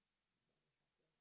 but it was shorter ah